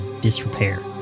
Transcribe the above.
disrepair